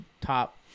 top